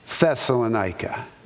Thessalonica